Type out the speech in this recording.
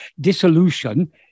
dissolution